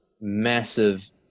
massive